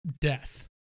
death